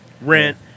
rent